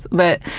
but